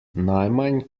najmanj